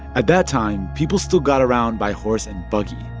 at that time, people still got around by horse and buggy.